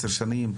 10 שנים?